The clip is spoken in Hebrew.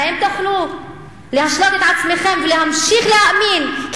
האם תוכלו להשלות את עצמכם ולהמשיך להאמין כי